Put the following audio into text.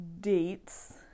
dates